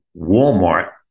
Walmart